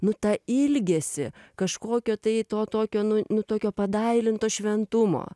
nu tą ilgesį kažkokio tai to tokio nu nu tokio padailinto šventumo